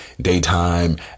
daytime